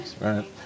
right